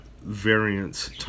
variance